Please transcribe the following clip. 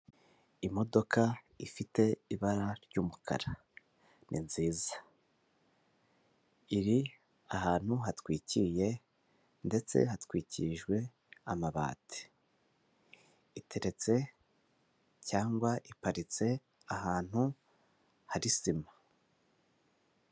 Imodoka ifite ibara ry'umukara, ni nziza. Iri ahantu hatwikiriye, ndetse hatwikirijwe amabati. iteretse, cyangwa iparitse ahantu hari sima.